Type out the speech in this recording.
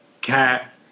cat